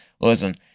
Listen